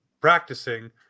practicing